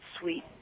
Sweet